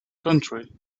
country